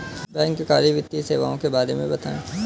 बैंककारी वित्तीय सेवाओं के बारे में बताएँ?